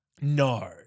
No